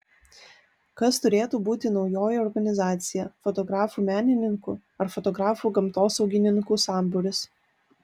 kas turėtų būti naujoji organizacija fotografų menininkų ar fotografų gamtosaugininkų sambūris